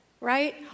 right